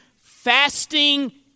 fasting